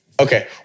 Okay